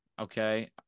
Okay